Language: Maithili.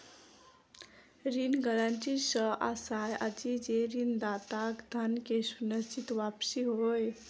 ऋण गारंटी सॅ आशय अछि जे ऋणदाताक धन के सुनिश्चित वापसी होय